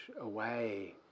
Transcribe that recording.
away